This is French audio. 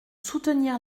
soutenir